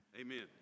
Amen